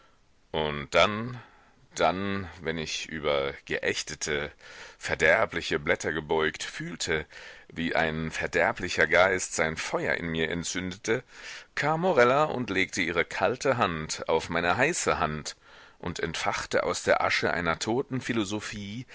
und dann dann wenn ich über geächtete verderbliche blätter gebeugt fühlte wie ein verderblicher geist sein feuer in mir entzündete kam morella und legte ihre kalte hand auf meine heiße hand und entfachte aus der asche einer toten